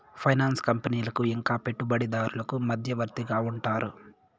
finance కంపెనీలకు ఇంకా పెట్టుబడిదారులకు మధ్యవర్తిగా ఉంటారు